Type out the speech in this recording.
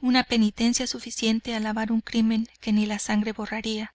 una penitencia suficiente a lavar un crimen que ni la sangre borraría